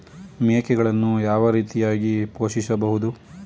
ಮೇಕೆಗಳನ್ನು ಯಾವ ರೀತಿಯಾಗಿ ಪೋಷಿಸಬಹುದು?